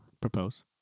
propose